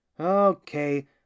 Okay